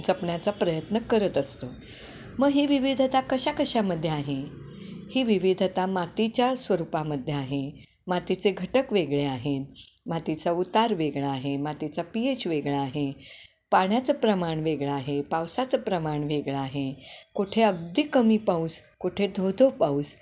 जपण्याचा प्रयत्न करत असतो मग ही विविधता कशा कशामध्ये आहे ही विविधता मातीच्या स्वरूपामध्ये आहे मातीचे घटक वेगळे आहेत मातीचा उतार वेगळा आहे मातीचा पि एच वेगळा आहे पाण्याचं प्रमाण वेगळं आहे पावसाचं प्रमाण वेगळं आहे कुठे अगदी कमी पाऊस कुठे धोधो पाऊस